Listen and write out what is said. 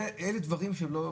אלה דברים שלא,